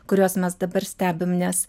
kuriuos mes dabar stebim nes